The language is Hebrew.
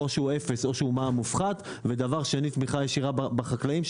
או שהוא אפס או שהוא מע"מ מופחת ודבר שני תמיכה ישירה בחקלאים,